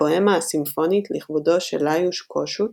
הפואמה הסימפונית לכבודו של לאיוש קושוט,